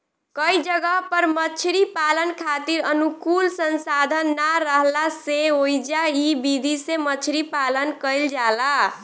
कई जगह पर मछरी पालन खातिर अनुकूल संसाधन ना राहला से ओइजा इ विधि से मछरी पालन कईल जाला